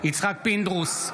יצחק פינדרוס,